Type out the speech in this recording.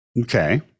Okay